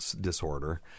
disorder